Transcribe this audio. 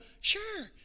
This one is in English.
sure